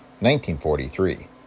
1943